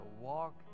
walk